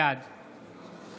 בעד